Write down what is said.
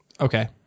Okay